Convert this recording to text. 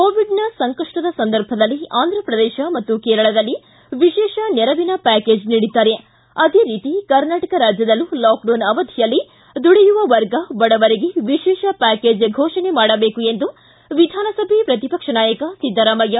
ಕೋವಿಡ್ನ ಸಂಕಷ್ಷದ ಸಂದರ್ಭದಲ್ಲಿ ಅಂಧ್ರಪ್ರದೇಶ ಮತ್ತು ಕೇರಳದಲ್ಲಿ ವಿಶೇಷ ನೆರವಿನ ಪ್ಯಾಕೇಜ್ ನೀಡಿದ್ದಾರೆ ಆದೇ ರೀತಿ ಕರ್ನಾಟಕ ರಾಜ್ಯದಲ್ಲೂ ಲಾಕ್ಡೌನ್ ಅವಧಿಯಲ್ಲಿ ದುಡಿಯುವ ವರ್ಗ ಬಡವರಿಗೆ ವಿಶೇಷ ಪ್ಯಾಕೇಜ್ ಘೋಷಣೆ ಮಾಡಬೇಕು ಎಂದು ವಿಧಾನಸಭೆ ಪ್ರತಿಪಕ್ಷ ನಾಯಕ ಸಿದ್ದರಾಮಯ್ಯ